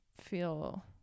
feel